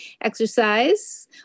exercise